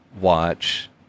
watch